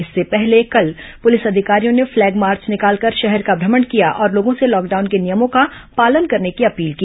इससे पहले कल पुलिस अधिकारियों ने फ्लैग मार्च निकालकर शहर का भ्रमण किया और लोगों से लॉकडाउन के नियमों का पालन करने की अपील की